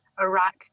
Iraq